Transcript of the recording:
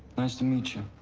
nice to meet you.